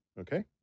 okay